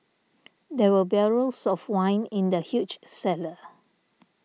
there were barrels of wine in the huge cellar